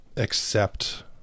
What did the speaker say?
accept